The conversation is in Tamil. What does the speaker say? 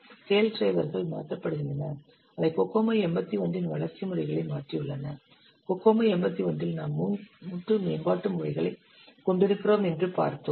ஸ்கேல் டிரைவர்கள் மாற்றப்படுகின்றன அவை கோகோமோ 81 இன் வளர்ச்சி முறைகளை மாற்றியுள்ளன கோகோமோ 81 இல் நாம் மூன்று மேம்பாட்டு முறைகளைக் கொண்டிருக்கிறோம் என்று பார்த்தோம்